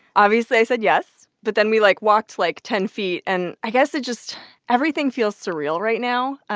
obviously, i said yes. but then we, like, walked, like, ten feet. and i guess it just everything feels surreal right now.